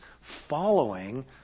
following